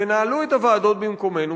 תנהלו את הוועדות במקומנו.